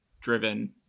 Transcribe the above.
driven